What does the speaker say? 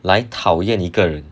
来讨厌一个人